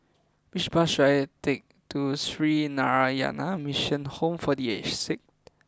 which bus should I take to Sree Narayana Mission Home for The Aged Sick